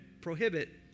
prohibit